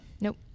nope